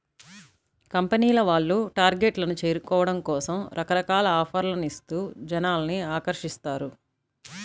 కంపెనీల వాళ్ళు టార్గెట్లను చేరుకోవడం కోసం రకరకాల ఆఫర్లను ఇస్తూ జనాల్ని ఆకర్షిస్తారు